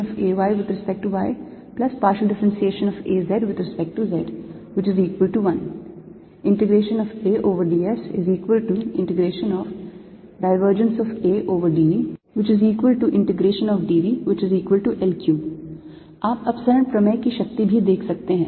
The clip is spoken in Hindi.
A2xx2yy 3zz AAx∂xAy∂yAz∂z1 AdsAdVdVL3 आप अपसरण प्रमेय की शक्ति भी देख सकते हैं